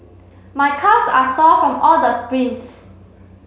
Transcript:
my calves are sore from all the sprints